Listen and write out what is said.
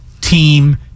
team